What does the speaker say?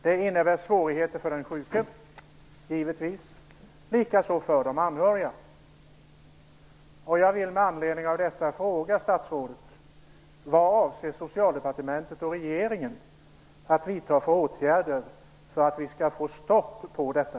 Det innebär svårigheter för den sjuke, givetvis, och likaså för de anhöriga.